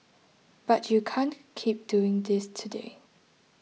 but you can't keep doing this today